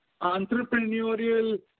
entrepreneurial